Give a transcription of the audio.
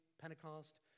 Pentecost